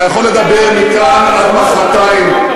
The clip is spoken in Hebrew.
אתה יכול לדבר מכאן עד מחרתיים,